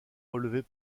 relevés